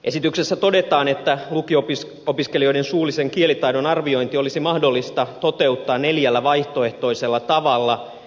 esityksessä todetaan että lukio opiskelijoiden suullisen kielitaidon arviointi olisi mahdollista toteuttaa neljällä vaihtoehtoisella tavalla